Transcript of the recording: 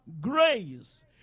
grace